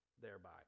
thereby